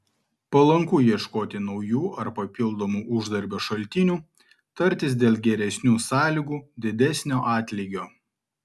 palanku ieškoti naujų ar papildomų uždarbio šaltinių tartis dėl geresnių sąlygų didesnio atlygio